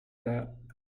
that